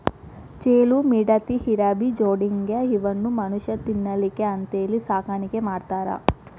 ಚೇಳು, ಮಿಡತಿ, ಇರಬಿ, ಜೊಂಡಿಗ್ಯಾ ಇವನ್ನು ಮನುಷ್ಯಾ ತಿನ್ನಲಿಕ್ಕೆ ಅಂತೇಳಿ ಸಾಕಾಣಿಕೆ ಮಾಡ್ತಾರ